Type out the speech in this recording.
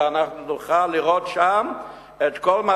אלא אנחנו נוכל לראות שם את כל מה